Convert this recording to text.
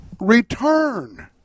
Return